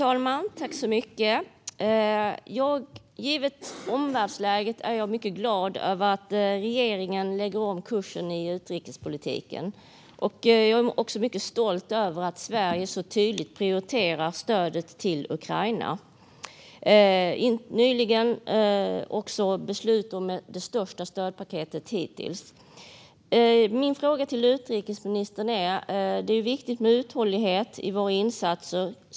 Herr talman! Givet omvärldsläget är jag mycket glad över att regeringen lägger om kursen i utrikespolitiken. Jag är också mycket stolt över att Sverige så tydligt prioriterar stödet till Ukraina. Nyligen fattades beslut om det största stödpaketet hittills. Min fråga till utrikesministern är följande. Det är viktigt med uthållighet i våra insatser.